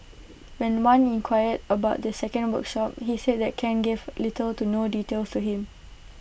when wan inquired about the second workshop he said that Ken gave little to no details to him